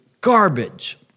garbage